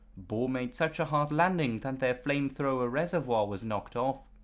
boar made such a hard landing that their flamethrower reservoir was knocked off.